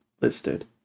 listed